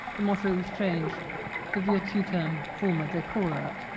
the mottos was changed to virtutem forma decorat,